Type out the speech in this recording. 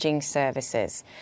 Services